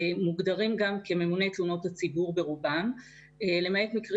ברובם מוגדרים גם כממוני תלונות הציבור למעט מקרים